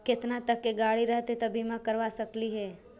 केतना तक के गाड़ी रहतै त बिमा करबा सकली हे?